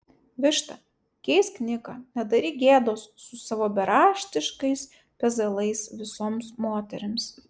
višta keisk niką nedaryk gėdos su savo beraštiškais pezalais visoms moterims